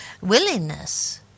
willingness